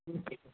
ఒకే